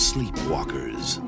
Sleepwalkers